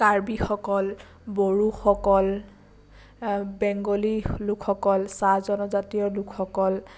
কাৰ্বিসকল বড়োসকল বেংগলী লোকসকল চাহ জনজাতীয় লোকসকল